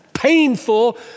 painful